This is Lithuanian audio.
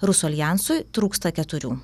rusų aljansui trūksta keturių